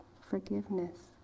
forgiveness